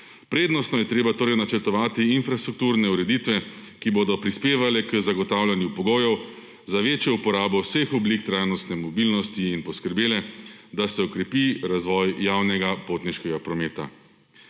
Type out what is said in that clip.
Prednostno je treba torej načrtovati infrastrukturne ureditve, ki bodo prispevale k zagotavljanju pogojev, za večjo uporabo vseh oblik trajnostne mobilnosti in poskrbele, da se okrepi razvoj javnega potniškega prometa.